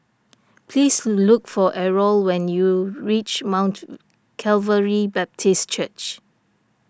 please look for Errol when you reach Mount Calvary Baptist Church